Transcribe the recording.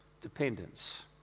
dependence